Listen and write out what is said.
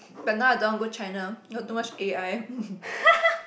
but now I don't want go China too much A_I